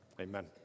Amen